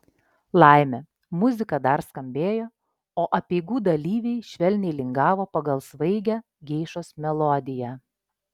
laimė muzika dar skambėjo o apeigų dalyviai švelniai lingavo pagal svaigią geišos melodiją